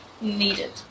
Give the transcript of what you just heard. needed